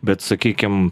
bet sakykim